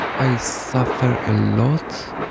i suffer a lot.